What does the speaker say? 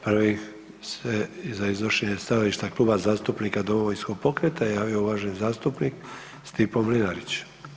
Prvi se za iznošenje stajališta Kluba zastupnika Domovinskog pokreta javio uvaženi zastupnik Stipo Mlinarić.